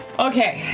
okay.